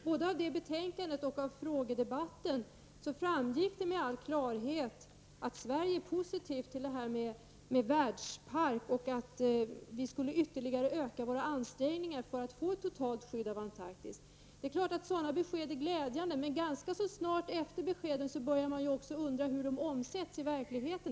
Både av betänkandet och av frågedebatten framgick med all klarhet att Sverige är positivt inställt till en världspark och att vi skall ytterligare öka våra ansträngningar för att få ett totalt skydd av Antarktis. Det är klart att sådana besked är glädjande, men ganska snart efter att ha fått dem började man undra hur de skall omsättas i verkligheten.